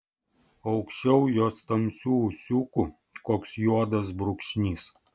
aukščiau jos tamsių ūsiukų koks juodas brūkšnys